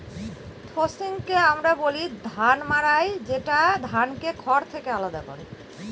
থ্রেশিংকে আমরা বলি ধান মাড়াই যেটা ধানকে খড় থেকে আলাদা করে